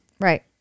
Right